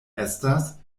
estas